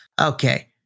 okay